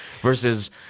versus